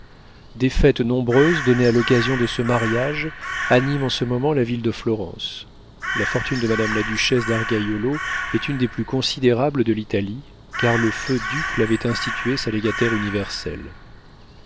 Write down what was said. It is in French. des fêtes nombreuses données à l'occasion de ce mariage animent en ce moment la ville de florence la fortune de madame la duchesse d'argaiolo est une des plus considérables de l'italie car le feu duc l'avait instituée sa légataire universelle